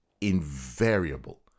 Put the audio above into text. invariable